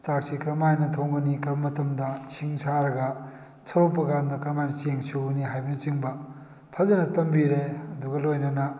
ꯆꯥꯛꯁꯤ ꯀꯔꯝ ꯍꯥꯏꯅ ꯊꯣꯡꯒꯅꯤ ꯀꯔꯝꯕ ꯃꯇꯝꯗ ꯏꯁꯤꯡ ꯁꯥꯔꯒ ꯁꯧꯔꯛꯄ ꯀꯥꯟꯗ ꯀꯔꯝ ꯍꯥꯏꯅ ꯆꯦꯡ ꯁꯨꯒꯅꯤ ꯍꯥꯏꯕꯅ ꯆꯤꯡꯕ ꯐꯖꯅ ꯇꯝꯕꯤꯔꯛꯑꯦ ꯑꯗꯨꯒ ꯂꯣꯏꯅꯅ